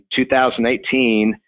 2018